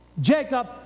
Jacob